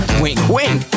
wink-wink